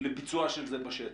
לביצוע של זה בשטח?